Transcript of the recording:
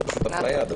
זה פשוט אפליה.